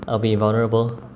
I'll be invulnerable